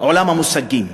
עולם המושגים,